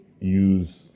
use